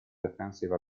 defensive